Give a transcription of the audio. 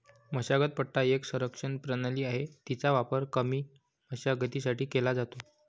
मशागत पट्टा एक संरक्षण प्रणाली आहे, तिचा वापर कमी मशागतीसाठी केला जातो